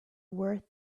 worth